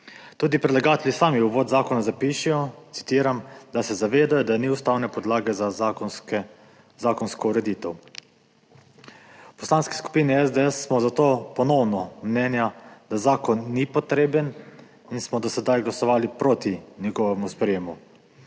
Tudi predlagatelji sami v uvodu v zakon zapišejo, citiram, "da se zavedajo, da ni ustavne podlage za zakonsko ureditev.« V Poslanski skupini SDS smo zato ponovno mnenja, da zakon ni potreben in smo do sedaj glasovali proti njegovemu sprejetju.